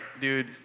dude